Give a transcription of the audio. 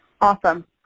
Awesome